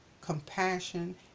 compassion